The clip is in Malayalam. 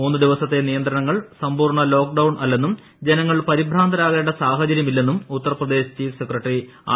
മൂന്നു ദിവസത്തെ നിയന്ത്രണങ്ങൾ സമ്പൂർണ ലോക്ഡൌൺ അല്ലെന്നും ജനങ്ങൾ പരിഭ്രാന്തരാകേണ്ട സാഹചരൃമില്ലെന്നും ഉത്തർപ്രദേശ് ചീഫ് സെക്രട്ടറി ആർ